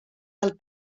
del